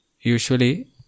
usually